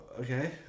okay